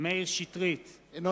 מאיר שטרית, אינו